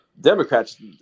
Democrats